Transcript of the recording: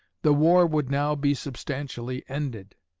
the war would now be substantially ended.